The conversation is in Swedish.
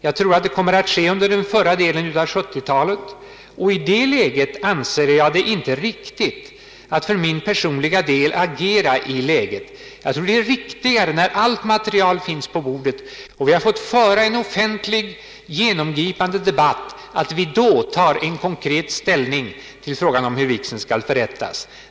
Det kommer att ske under den förra delen av 1970-talet. I det läget anser jag det inte riktigt att jag agerar. Det är riktigare att vi först när allt material finns på bordet och vi har fått föra en offentlig, genomgripande debatt, konkret tar ställning till frågan om hur vigseln skall förrättas.